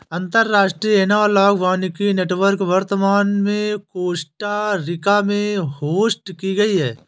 अंतर्राष्ट्रीय एनालॉग वानिकी नेटवर्क वर्तमान में कोस्टा रिका में होस्ट की गयी है